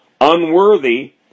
unworthy